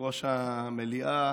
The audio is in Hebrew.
יושב-ראש המליאה,